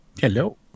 Hello